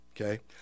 Okay